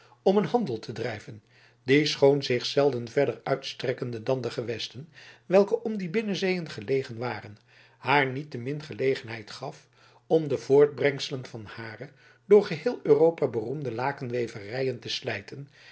om een handel te drijven die schoon zich zelden verder uitstrekkende dan de gewesten welke om die binnenzeeën gelegen waren haar niettemin gelegenheid gaf om de voortbrengselen van hare door geheel europa beroemde lakenweverijen te slijten